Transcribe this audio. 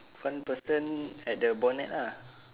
front person at the bonnet lah